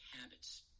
habits